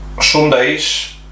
Sundays